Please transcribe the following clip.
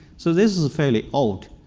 so this is fairly old.